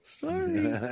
Sorry